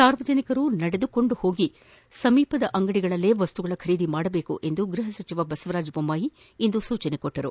ಸಾರ್ವಜನಿಕರು ನಡೆದುಕೊಂಡು ಹೋಗಿ ಸಮೀಪದ ಅಂಗಡಿಗಳಲ್ಲೇ ವಸ್ತುಗಳ ಖರೀದಿ ಮಾಡಬೇಕು ಎಂದು ಗೃಹ ಸಚಿವ ಬಸವರಾಜ ಬೊಮ್ಮಾಯಿ ಇಂದು ಸೂಚಿಸಿದ್ದಾರೆ